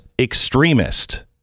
extremist